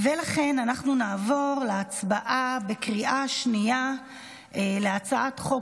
לכן אנחנו נעבור להצבעה בקריאה השנייה על הצעת חוק